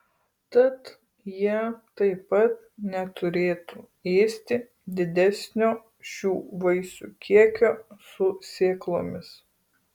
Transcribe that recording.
tad jie taip pat neturėtų ėsti didesnio šių vaisių kiekio su sėklomis